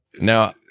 Now